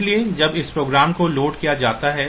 इसलिए जब इस प्रोग्राम को लोड किया जाता है